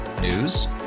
News